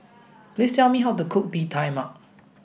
please tell me how to cook Bee Tai Mak